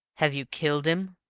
have you killed him?